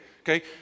Okay